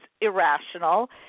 irrational